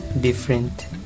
different